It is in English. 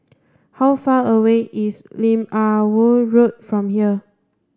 how far away is Lim Ah Woo Road from here